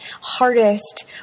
hardest